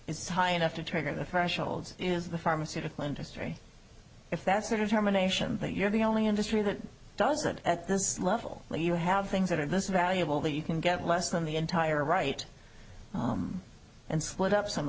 it's high enough to trigger the thresholds is the pharmaceutical industry if that's a determination that you're the only industry that does that at this level you have things that are this valuable that you can get less than the entire right and split up some of